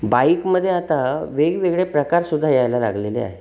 बाईकमध्ये आता वेगवेगळे प्रकार सुद्धा यायला लागलेले आहेत